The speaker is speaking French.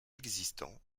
existants